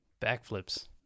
backflips